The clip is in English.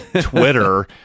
Twitter